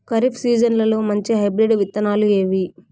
ఖరీఫ్ సీజన్లలో మంచి హైబ్రిడ్ విత్తనాలు ఏవి